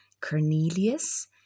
Cornelius